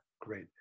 great